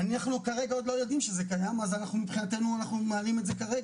הנתונים שלנו מדווחים אחת לשלושה חודשים באופן